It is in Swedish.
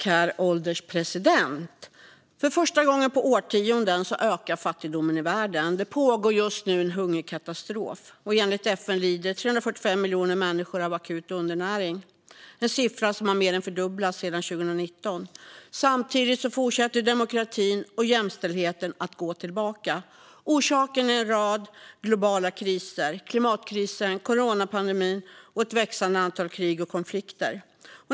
Herr ålderspresident! För första gången på årtionden ökar fattigdomen i världen. Det pågår just nu en hungerkatastrof. Enligt FN lider 345 miljoner människor av akut undernäring, en siffra som har mer än fördubblats sedan 2019. Samtidigt fortsätter demokratin och jämställdheten att gå tillbaka. Orsaken är en rad globala kriser, klimatkrisen, coronapandemin och ett växande antal krig och konflikter.